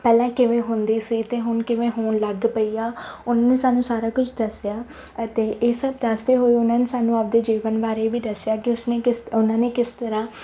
ਪਹਿਲਾਂ ਕਿਵੇਂ ਹੁੰਦੀ ਸੀ ਅਤੇ ਹੁਣ ਕਿਵੇਂ ਹੋਣ ਲੱਗ ਪਈ ਆ ਉਹਨਾਂ ਨੇ ਸਾਨੂੰ ਸਾਰਾ ਕੁਝ ਦੱਸਿਆ ਅਤੇ ਇਹ ਸਭ ਦੱਸਦੇ ਹੋਏ ਉਹਨਾਂ ਨੇ ਸਾਨੂੰ ਆਪਦੇ ਜੀਵਨ ਬਾਰੇ ਵੀ ਦੱਸਿਆ ਕਿ ਉਸ ਨੇ ਕਿਸ ਉਹਨਾਂ ਨੇ ਕਿਸ ਤਰ੍ਹਾਂ